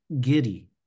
giddy